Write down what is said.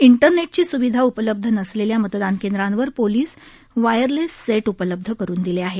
इंटरनेटची स्विधा उपलब्ध नसलेल्या मतदान केंद्रांवर पोलीस वायरलेस सेट उपलब्ध करून दिले आहे